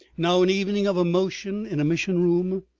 now an evening of emotion in a mission room,